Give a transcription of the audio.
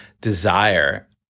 desire